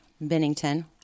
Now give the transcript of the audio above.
Bennington